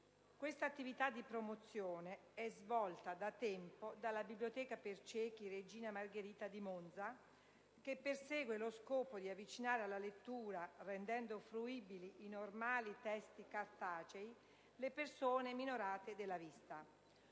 Questa attività di promozione è svolta da tempo dalla Biblioteca per ciechi «Regina Margherita» di Monza, che persegue lo scopo di avvicinare alla lettura - rendendo fruibili i normali testi cartacei - le persone minorate della vista.